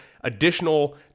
additional